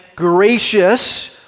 gracious